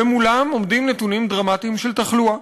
ומולם עומדים נתונים דרמטיים של תחלואה.